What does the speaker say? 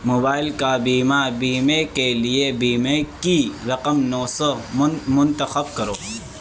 mobile کا بیمہ بیمے کے لیے بیمے کی رقم نو سو منتخب کرو